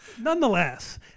Nonetheless